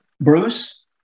Bruce